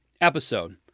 episode